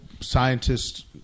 scientists